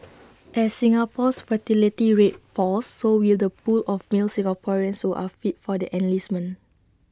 as Singapore's fertility rate falls so will the pool of male Singaporeans who are fit for the enlistment